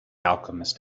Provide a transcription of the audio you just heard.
alchemist